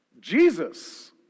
Jesus